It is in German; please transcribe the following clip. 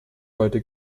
heute